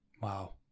Wow